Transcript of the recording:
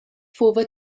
fuva